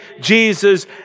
Jesus